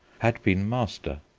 had been master.